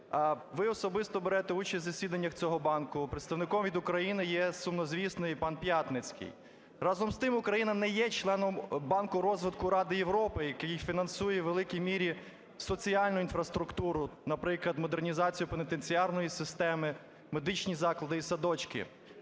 Ви особисто берете участь в засіданнях цього банку. Представником від України є сумнозвісний пан Пятницький. Разом з тим Україна не є членом Банку розвитку Ради Європи, який фінансує в великій мірі соціальну інфраструктуру, наприклад, модернізацію пенітенціарної системи, медичні заклади і садочки.